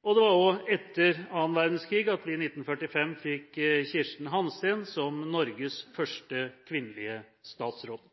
og det var også etter annen verdenskrig at vi i 1945 fikk Kirsten Hansteen som Norges første kvinnelige statsråd.